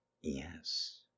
Yes